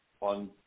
on